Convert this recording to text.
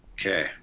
Okay